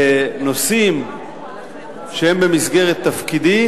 נושאים שהם במסגרת תפקידי,